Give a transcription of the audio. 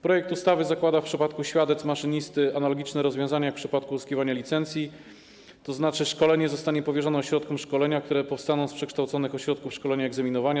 Projekt ustawy zakłada w przypadku świadectw maszynisty analogiczne rozwiązania jak w przypadku uzyskiwania licencji, tzn. szkolenie zostanie powierzone ośrodkom szkolenia, które powstaną z przekształconych ośrodków szkolenia i egzaminowania.